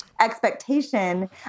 expectation